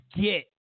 get